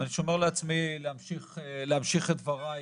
אני שומר לעצמי להמשיך את דבריי